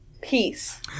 peace